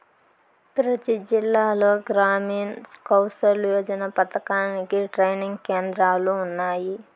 ప్రతి జిల్లాలో గ్రామీణ్ కౌసల్ యోజన పథకానికి ట్రైనింగ్ కేంద్రాలు ఉన్నాయి